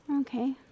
Okay